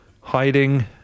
Hiding